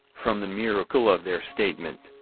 from the miracle of their statement,